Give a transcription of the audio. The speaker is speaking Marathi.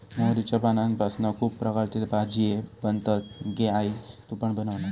मोहरीच्या पानांपासना खुप प्रकारचे भाजीये बनतत गे आई तु पण बनवना